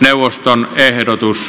neuvoston ehdotus